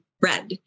red